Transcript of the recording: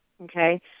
okay